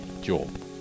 Job